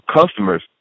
customers